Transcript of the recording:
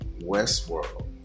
Westworld